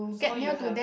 so you have